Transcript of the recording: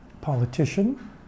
politician